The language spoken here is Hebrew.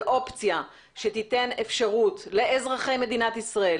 אופציה שתיתן אפשרות לאזרחי מדינת ישראל,